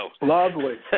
Lovely